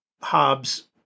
Hobbes